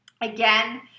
Again